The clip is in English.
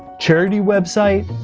charity website?